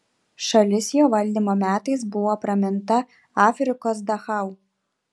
šalis jo valdymo metais buvo praminta afrikos dachau